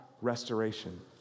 restoration